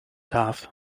darf